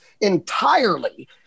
entirely